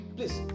Please